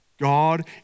God